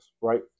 right